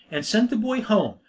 and sent the boy home,